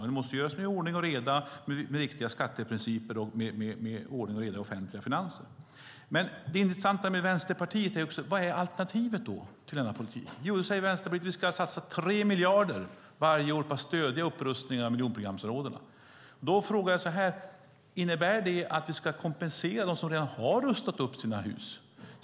Men det måste vara ordning och reda, riktiga skatteprinciper och med ordning och reda i offentliga finanser. Vad är alternativet till denna politik? Jo, säger Vänsterpartiet, vi ska satsa 3 miljarder varje år för att stödja upprustningar av miljonprogramsområdena. Då frågar jag så här: Innebär det att vi ska kompensera dem som redan rustat upp sina hus?